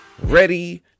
ready